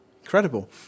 Incredible